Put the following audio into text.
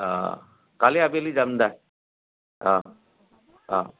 অঁ কালি আবেলি যাম দ্যা অঁ অঁ